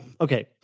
okay